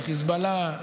לחיזבאללה,